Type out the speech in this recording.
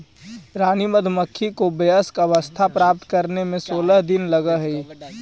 रानी मधुमक्खी को वयस्क अवस्था प्राप्त करने में सोलह दिन लगह हई